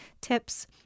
tips